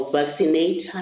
vaccinate